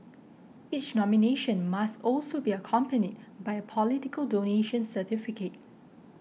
each nomination must also be accompanied by a political donation certificate